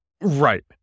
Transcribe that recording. Right